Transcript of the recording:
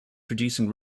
producing